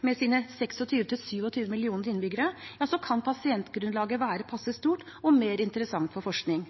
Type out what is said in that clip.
med sine 26–27 millioner innbyggere, under ett, kan pasientgrunnlaget være passe stort og mer interessant for forskning.